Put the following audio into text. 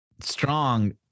strong